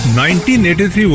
1983